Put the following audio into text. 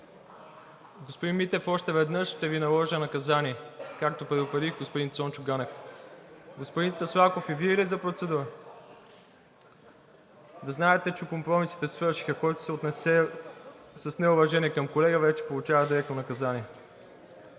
Господин Митев, още веднъж и ще Ви наложа наказание, както предупредих господин Цончо Ганев. Господин Таслаков, и Вие ли за процедура? Да знаете, че компромисите свършиха. Който се отнесе с неуважение към колега, вече получава директно наказание.